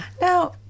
Now